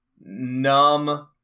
numb